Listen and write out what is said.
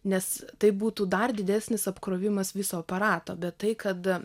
nes tai būtų dar didesnis apkrovimas viso aparato bet tai kad